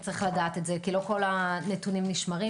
כי לא כל הנתונים נשמרים,